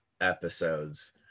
episodes